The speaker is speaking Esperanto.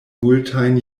multajn